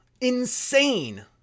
Insane